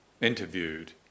interviewed